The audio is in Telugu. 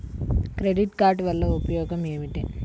క్రెడిట్ కార్డ్ వల్ల ఉపయోగం ఏమిటీ?